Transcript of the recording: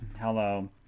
hello